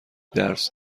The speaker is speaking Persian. درس